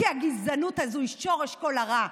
כי הגזענות הזו היא שורש כל הרע.